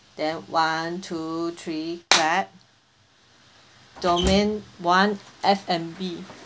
then one two three clap domain one F&B